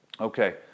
Okay